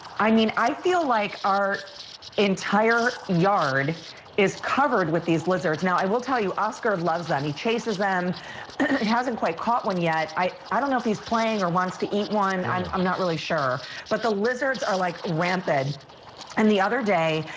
i mean, i feel like our entire yard is covered with these lizards. now, i will tell you, oscar loves them. he chases them. he hasn't quite caught them yet. i i don't know if he's playing or wants to eat one. i'm i'm not really sure but the lizards are like rampant and the other day,